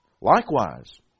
Likewise